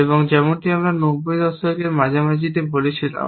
এবং যেমনটি আমি নব্বই দশকের মাঝামাঝি বলেছিলাম